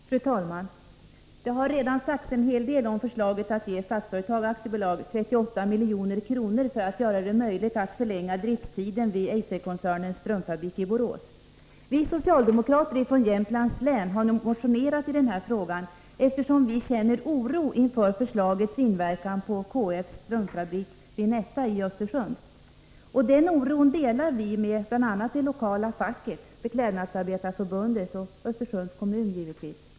Fru talman! Det har redan sagts en hel del om förslaget att ge Statsföretag AB 38 milj.kr. för att göra det möjligt att förlänga driftstiden vid Eiserkoncernens strumpfabrik i Borås. Vi socialdemokrater från Jämtlands län har motionerat i den här frågan, eftersom vi känner oro inför förslagets inverkan på KF:s strumpfabrik Vinetta i Östersund. Vi delar denna oro med det lokala facket vid Vinetta, Beklädnadsarbetareförbundet och Östersunds kommun.